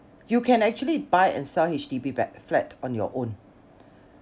you can actually buy and sell H_D_B back flat on your own